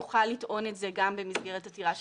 הוא יוכל לטעון את זה גם במסגרת עתירה.